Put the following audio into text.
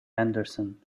anderson